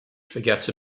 forget